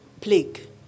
plague